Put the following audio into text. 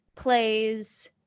plays